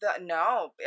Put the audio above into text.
No